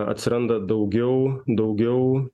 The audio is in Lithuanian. atsiranda daugiau daugiau